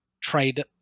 trade